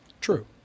True